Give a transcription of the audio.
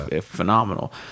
phenomenal